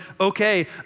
okay